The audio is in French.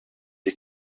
est